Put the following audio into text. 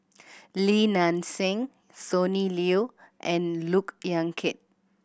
Li Nanxing Sonny Liew and Look Yan Kit